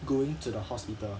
going to the hospital